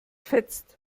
fetzt